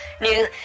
new